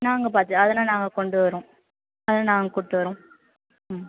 நாங்கள் பார்த்து அதெல்லாம் நாங்கள் கொண்டு வரோம் அதெலாம் நாங்கள் கொடுத்து வரோம் ம்